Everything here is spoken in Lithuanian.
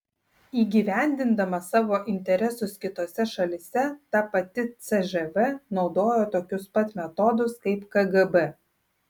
įgyvendindama savo interesus kitose šalyse ta pati cžv naudojo tokius pat metodus kaip kgb